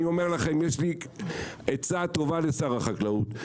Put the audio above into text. יש לי עצה טובה לשר החקלאות,